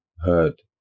heard